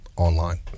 online